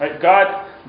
God